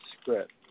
script